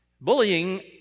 Bullying